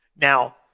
Now